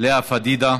לאה פדידה,